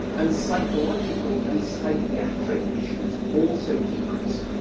and psychological and psychiatric issues also decrease.